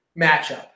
matchup